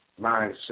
mindset